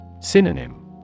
Synonym